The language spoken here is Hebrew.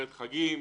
כלומר, חגים,